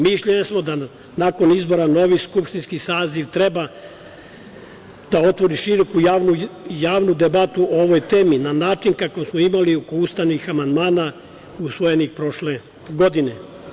Mišljenja smo da, nakon izbora, novi skupštinski saziv treba da otvori široku javnu debatu o ovoj temi na način kako smo imali oko ustavnih amandmana usvojenih prošle godine.